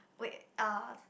wait uh